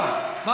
הממיר, או לא.